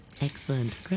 Excellent